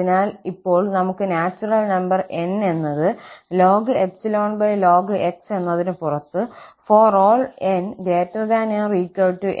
അതിനാൽ ഇപ്പോൾ നമുക്ക് നാച്ചുറൽ നമ്പർ N എന്നത് x എന്നതിന് പുറത്ത് ∀ 𝑛 ≥ 𝑁